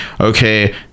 okay